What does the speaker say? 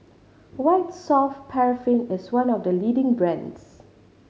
White Soft Paraffin is one of the leading brands